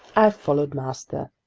i followed master.